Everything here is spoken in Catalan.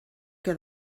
que